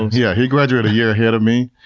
yeah, he graduated a year ahead of me.